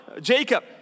Jacob